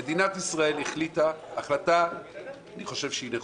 מדינת ישראל החליטה החלטה נכונה,